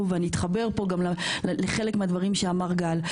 ואני אתחבר פה גם לחלק מהדברים שאמר גל.